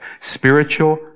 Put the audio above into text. spiritual